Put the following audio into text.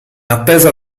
attesa